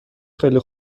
خیلی